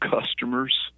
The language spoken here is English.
customers